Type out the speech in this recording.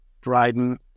Dryden